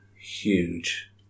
Huge